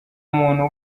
muntu